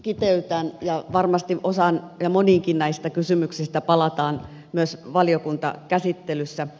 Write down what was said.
kiteytän ja varmasti osaan ja moniinkin näistä kysymyksistä palataan myös valiokuntakäsittelyssä